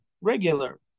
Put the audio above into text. regular